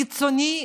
קיצוני,